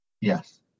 yes